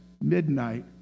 midnight